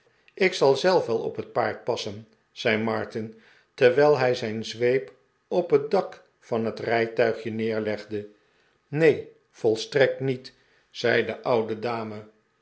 ik zal zelf wel op het paard passen zei martin terwijl hij zijn zweep op het dak van het rijtuigje neerlegde neen volstrekt niet zei de oude dame